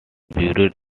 buried